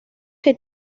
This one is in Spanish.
que